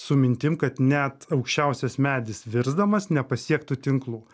su mintim kad net aukščiausias medis virsdamas nepasiektų tinklų